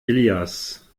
ilias